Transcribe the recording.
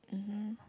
mmhmm